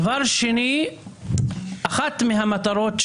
דבר שיפגע בשירות,